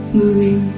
moving